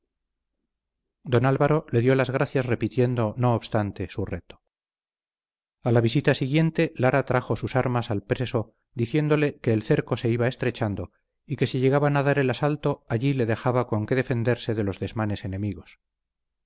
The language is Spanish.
don álvaro le dio las gracias repitiendo no obstante su reto a la visita siguiente lara trajo sus armas al preso diciéndole que el cerco se iba estrechando y que si llegaban a dar el asalto allí le dejaba con qué defenderse de los desmanes enemigos